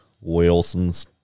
Wilson's